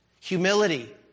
humility